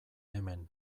hemen